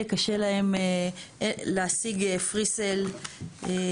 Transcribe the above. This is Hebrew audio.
קשה להם להשיג פריסייל מרשות מוסמכת.